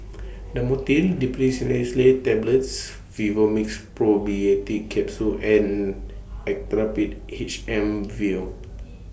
Dhamotil Diphenoxylate Tablets Vivomixx Probiotics Capsule and Actrapid H M Vial